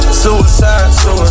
suicide